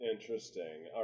Interesting